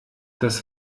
das